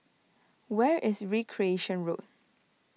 Where is Recreation Road